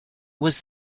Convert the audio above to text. was